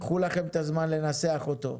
קחו לכם את הזמן לנסח אותו.